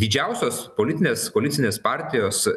didžiausios politinės koalicinės partijos